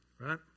Right